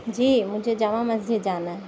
جی مجھے جامع مسجد جانا ہے